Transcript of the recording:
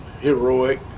heroic